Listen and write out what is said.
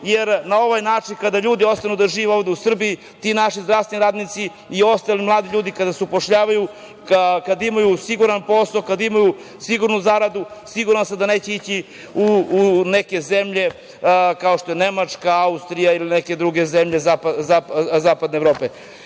jer na ovaj način kada ljudi ostanu da žive ovde u Srbiji, ti naši zdravstveni radnici i ostali mladi ljudi kada se upošljavaju, kada imaju siguran posao, kada imaju sigurnu zaradu, siguran sam da neće ići u neke zemlje kao što je Nemačka, Austrija ili neke druge zemlje zapadne Evrope.